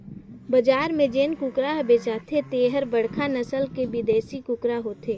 बजार में जेन कुकरा हर बेचाथे तेहर बड़खा नसल के बिदेसी कुकरा होथे